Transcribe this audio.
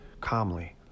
calmly